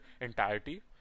entirety